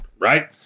right